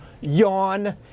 Yawn